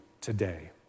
today